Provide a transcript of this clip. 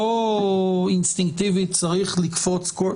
לא אינסטנקטיבית צריך לקפוץ.